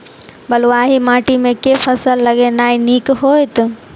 बलुआही माटि मे केँ फसल लगेनाइ नीक होइत?